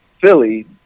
Philly